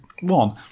one